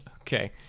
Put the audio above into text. Okay